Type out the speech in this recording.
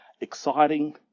exciting